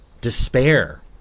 despair